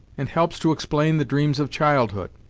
and helps to explain the dreams of childhood.